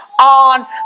on